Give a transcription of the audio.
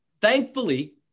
Thankfully